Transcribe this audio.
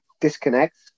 disconnects